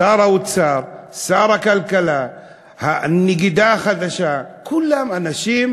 שר האוצר, שר הכלכלה, הנגידה החדשה, כולם אנשים